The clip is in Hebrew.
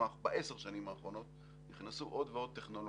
בעשר השנים האחרונות נכנסו עוד ועוד טכנולוגים,